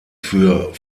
für